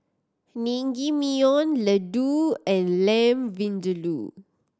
Naengmyeon Ladoo and Lamb Vindaloo